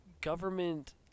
government